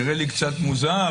נראה לי קצת מוזר,